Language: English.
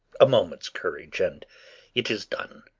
a moment's courage, and it is done.